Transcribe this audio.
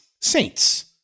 saints